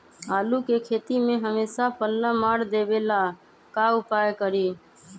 आलू के खेती में हमेसा पल्ला मार देवे ला का उपाय करी?